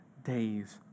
Days